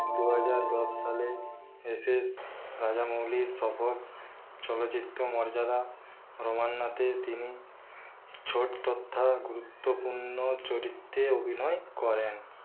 দু হাজার দশ সালে এসএস রাজামৌলির সফল চলচ্চিত্র মর্যাদা রমান্না তে তিনি ছোট তথ্যা গুরুত্বপূর্ণ চরিত্রে অভিনয় করেন